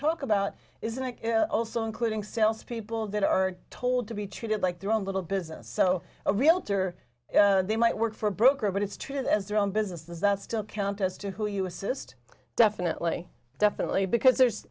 talk about isn't it also including salespeople that are told to be treated like their own little business so a realtor they might work for a broker but it's treated as their own business that's still count as to who you assist definitely definitely because there's